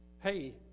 hey